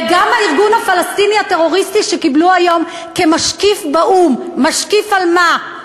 וגם הארגון הפלסטיני הטרוריסטי שקיבלו היום כמשקיף באו"ם משקיף על מה,